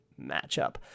matchup